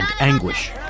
anguish